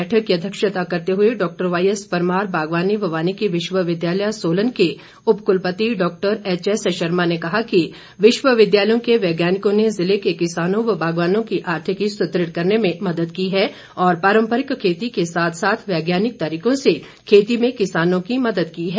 बैठक की अध्यक्षता करते हुए डॉक्टर वाईएस परमार बागवानी व वानिकी विश्वविद्यालय सोलन के उपकुलपति डॉक्टर एचएस शर्मा ने कहा कि विश्वविद्यालयों के वैज्ञानिकों ने जिले के किसानों व बागवानों की आर्थिकी सुदृढ़ करने में मदद की है और पारम्परिक खेती के साथ साथ वैज्ञानिक तरीकों से खेती में किसानों की मदद की है